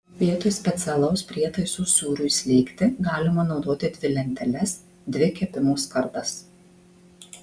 vietoj specialaus prietaiso sūriui slėgti galima naudoti dvi lenteles dvi kepimo skardas